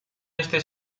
este